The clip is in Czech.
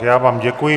Já vám děkuji.